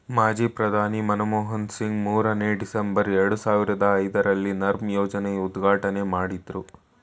ಮಾಜಿ ಪ್ರಧಾನಿ ಮನಮೋಹನ್ ಸಿಂಗ್ ಮೂರನೇ, ಡಿಸೆಂಬರ್, ಎರಡು ಸಾವಿರದ ಐದರಲ್ಲಿ ನರ್ಮ್ ಯೋಜನೆ ಉದ್ಘಾಟನೆ ಮಾಡಿದ್ರು